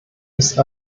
ist